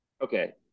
okay